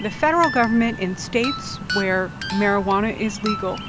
the federal government in states where marijuana is legal